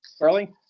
early